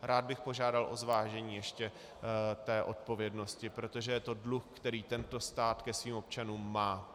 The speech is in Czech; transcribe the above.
Rád bych požádal o zvážení ještě té odpovědnosti, protože to je dluh, který tento stát ke svým občanům má.